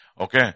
Okay